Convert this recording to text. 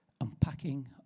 unpacking